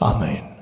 Amen